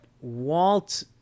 walt